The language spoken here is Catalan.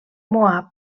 moab